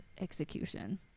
execution